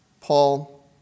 Paul